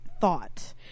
thought